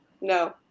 No